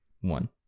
One